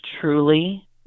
truly